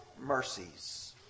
mercies